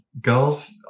girls